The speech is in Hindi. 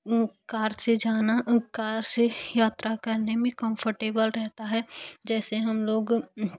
कार से जाना कार से यात्रा करना करने में कंफ़र्टेबल रहता है जैसे हम लोग